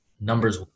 numbers